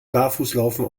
barfußlaufen